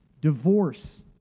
divorce